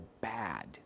bad